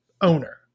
owner